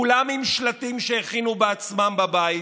כולם עם שלטים שהכינו בעצמם בבית.